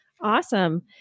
Awesome